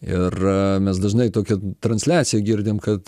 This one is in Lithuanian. ir mes dažnai tokią transliaciją girdim kad